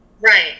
Right